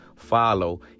follow